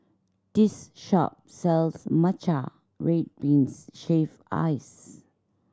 this shop sells matcha red beans shaved ice